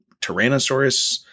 tyrannosaurus